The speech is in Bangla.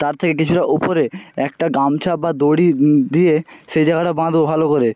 তার থেকে কিছুটা ওপরে একটা গামছা বা দড়ি দিয়ে সেই জায়গাটা বাঁধব ভালো করে